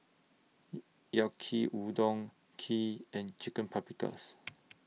Yaki Udon Kheer and Chicken Paprikas